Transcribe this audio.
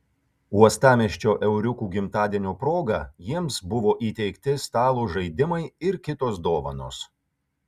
uostamiesčio euriukų gimtadienio proga jiems buvo įteikti stalo žaidimai ir kitos dovanos